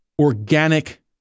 organic